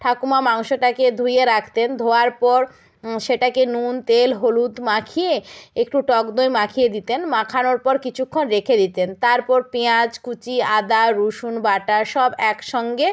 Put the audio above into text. ঠাকুমা মাংসটাকে ধুয়ে রাখতেন ধোয়ার পর সেটাকে নুন তেল হলুদ মাখিয়ে একটু টক দই মাখিয়ে দিতেন মাখানোর পর কিছুক্ষণ রেখে দিতেন তারপর পেঁয়াজ কুঁচি আদা রসুন বাটা সব এক সঙ্গে